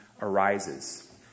arises